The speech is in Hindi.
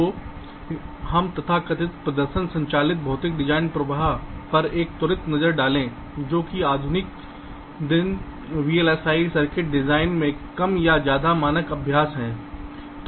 तो हम तथाकथित प्रदर्शन संचालित भौतिक डिजाइन प्रवाह पर एक त्वरित नज़र डालें जो आधुनिक दिन वीएलएसआई सर्किट में कम या ज्यादा मानक अभ्यास है